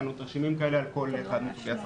יש לנו תרשימים על כל אחד מסוגי הסרטן.